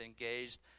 engaged